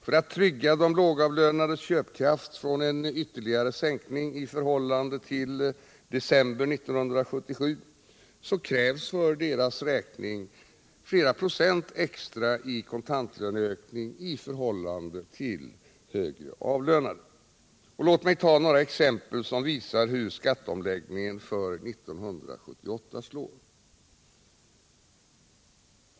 För att trygga de lågavlönades köpkraft och undvika en ytterligare sänkning i förhållande till december 1977 krävs för deras räkning flera procent extra i kontantlöneökning i förhållande till högre avlönade. Låt mig ta några exempel som visar hur skatteomläggningen 1978 slår.